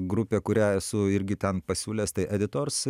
grupė kurią esu irgi ten pasiūlęs tai editors